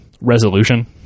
resolution